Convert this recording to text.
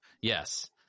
Yes